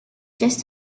just